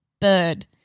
Bird